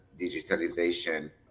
digitalization